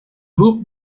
hoop